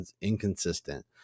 inconsistent